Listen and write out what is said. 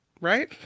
right